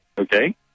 okay